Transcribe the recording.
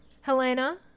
helena